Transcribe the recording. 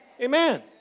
Amen